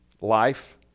life